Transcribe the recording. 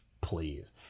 Please